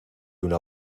una